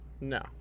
No